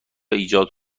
ایجاد